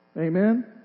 Amen